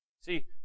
See